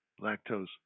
lactose